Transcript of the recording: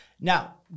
now